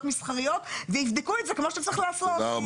מסחריות ויבדקו את זה כמו שצריך לעשות,